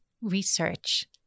research